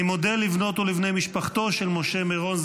אני מודה לבנות ולבני משפחתו של משה מרון,